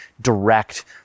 direct